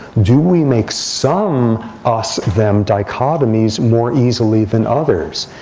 do we make some us them dichotomies more easily than others?